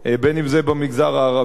אם במגזר הערבי,